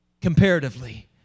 comparatively